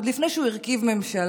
עוד לפני שהוא הרכיב ממשלה,